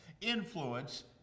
Influence